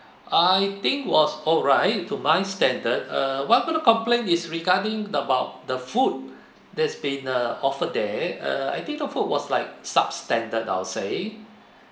I think was alright to my standard uh one of the complaint is regarding about the food there's been uh offered there uh I think the food was like substandard I'll say